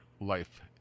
life